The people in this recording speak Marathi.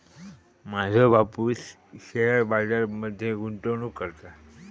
माझो बापूस शेअर बाजार मध्ये गुंतवणूक करता